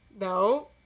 No